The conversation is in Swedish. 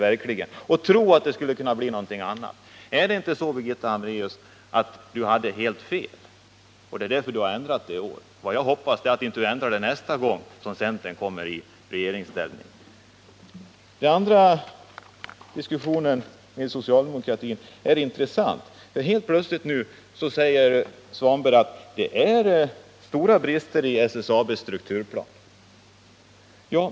Är det inte så, Birgitta Hambraeus, att ni hade helt fel och att det är därför som ni har ändrat er i år? Vad jag hoppas är att ni inte ändrar er nästa gång centern kommer i regeringsställning. Diskussionen med socialdemokratin är intressant. Helt plötsligt säger Ingvar Svanberg nu att det finns stora brister i SSAB:s strukturplan.